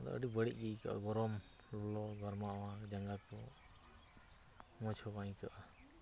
ᱟᱫᱚ ᱟᱹᱰᱤ ᱵᱟᱹᱲᱤᱡᱜᱮ ᱟᱹᱭᱠᱟᱹᱜᱼᱟ ᱜᱚᱨᱚᱢ ᱞᱚᱞᱚ ᱜᱟᱨᱢᱟᱣᱼᱟ ᱡᱟᱸᱜᱟᱠᱚ ᱢᱚᱡᱽᱦᱚᱸ ᱵᱟᱝ ᱟᱭᱠᱟᱹᱜᱼᱟ